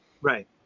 Right